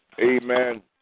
Amen